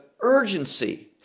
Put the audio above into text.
urgency